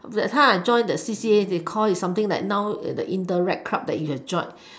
that time I join the C_C_A they call it something like now the interact club that you can join